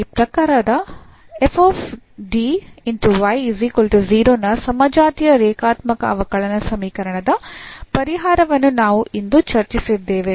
ಈ ಪ್ರಕಾರದ ನ ಸಮಜಾತೀಯ ರೇಖಾತ್ಮಕ ಅವಕಲನ ಸಮೀಕರಣದ ಪರಿಹಾರವನ್ನು ನಾವು ಇಂದು ಚರ್ಚಿಸಿದ್ದೇವೆ